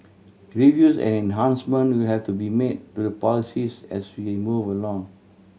reviews and enhancements will have to be made to the policies as we move along